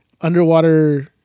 underwater